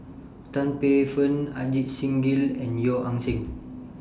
Tan Paey Fern Ajit Singh Gill and Yeo Ah Seng